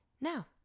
Now